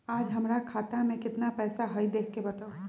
आज हमरा खाता में केतना पैसा हई देख के बताउ?